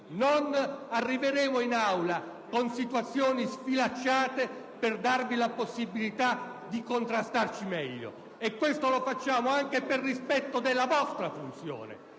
non arriveremo in Aula con situazioni sfilacciate, anche per darvi la possibilità di contrastarci meglio. Lo facciamo anche per rispetto della vostra funzione.